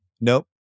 Nope